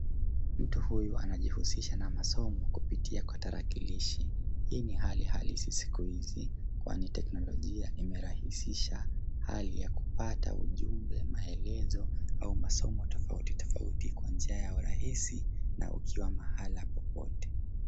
Mtu huyu anajihusisha na masomo kupitia kwa tarakilishi. Hii ni hali halisi ya sikuizi, kwani teknolojia imerahisisha hali ya kupata ujumbe, maelezo au masomo tofauti tofauti kwa njia ya urahisi na ukiwa mahala popote.